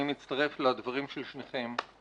אני מצטרף לדברים של שניכם.